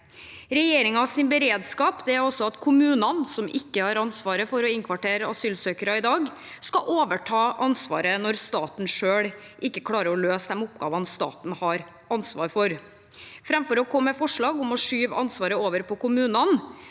Regjeringens beredskap er altså at kommunene, som ikke har ansvaret for å innkvartere asylsøkere i dag, skal overta ansvaret når staten selv ikke klarer å løse oppgavene staten har ansvar for. Framfor å komme med forslag om å skyve ansvaret over på kommunene,